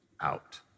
out